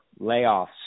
layoffs